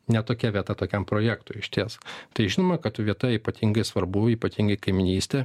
ne tokia vieta tokiam projektui išties tai žinoma kad vieta ypatingai svarbu ypatingai kaimynystė